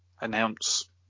announce